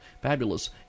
fabulous